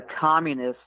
communist